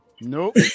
Nope